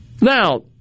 Now